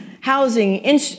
housing